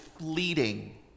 fleeting